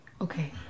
Okay